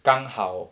刚好